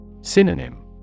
Synonym